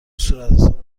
صورتحساب